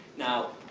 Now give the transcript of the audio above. now,